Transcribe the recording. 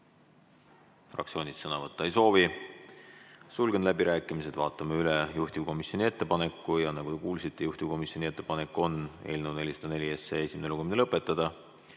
Fraktsioonid sõna võtta ei soovi. Sulgen läbirääkimised. Vaatame üle juhtivkomisjoni ettepaneku. Nagu te kuulsite, juhtivkomisjoni ettepanek on eelnõu 404 esimene